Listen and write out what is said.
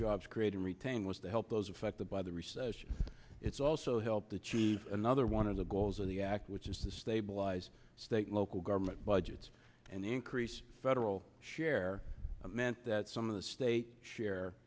jobs create and retain was to help those affected by the recession it's also helped the chief another one of the goals of the act which is to stabilize state local government budgets and increase federal share meant that some of the state share